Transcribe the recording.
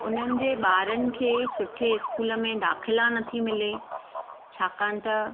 उन्हनि जे ॿारनि खे सुठे स्कूल में दाख़िला नथी मिले छाकाणि त